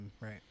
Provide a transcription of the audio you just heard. Right